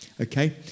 Okay